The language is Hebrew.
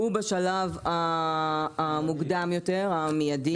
שהוא בשלב המוקדם יותר, המיידי.